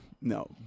No